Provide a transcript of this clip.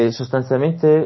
sostanzialmente